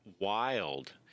wild